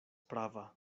prava